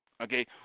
okay